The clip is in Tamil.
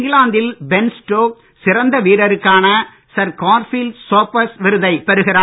இங்கிலாந்தில் பென் ஸ்டோக்ஸ் சிறந்த வீரருக்கான சர் கார்ஃபீல்டு சோபர்ஸ் விருதைப் பெறுகிறார்